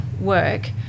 work